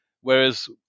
whereas